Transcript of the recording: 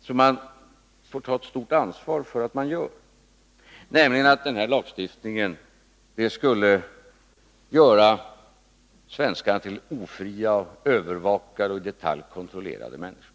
som man gör med påståendet om att den här lagstiftningen skulle göra svenskarna till ofria, övervakade och i detalj kontrollerade människor.